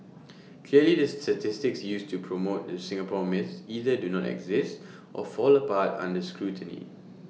clearly the statistics used to promote the Singapore myth either do not exist or fall apart under scrutiny